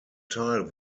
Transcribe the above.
teil